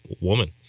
woman